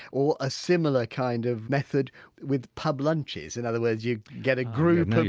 or a similar kind of method with pub lunches, in other words you get a group of